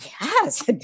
Yes